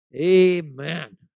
Amen